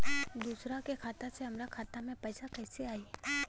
दूसरा के खाता से हमरा खाता में पैसा कैसे आई?